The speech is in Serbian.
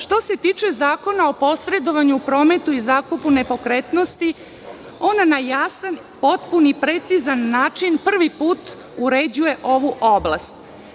Što se tiče Zakona o posredovanju prometu i zakupu nepokretnosti ona na jasan potpun i precizan način prvi put uređuje ovu oblast.